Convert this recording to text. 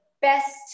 best